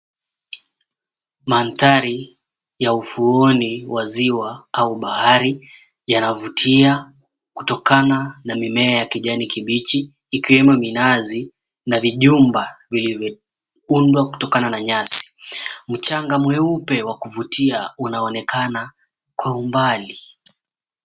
Manthari ya ufuoni wa ziwa au bahari yanavutia kutokana na mimea ya kijani kibichi ikiwemo minazi na vijumba vilivyoundwa kutokana na nyasi. Mchanga mweupe wa kuvutia unaonekana kwa umbali.